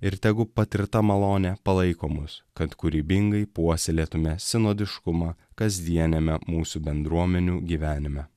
ir tegu pat ir ta malonė palaiko mus kad kūrybingai puoselėtume sinodiškumą kasdieniame mūsų bendruomenių gyvenime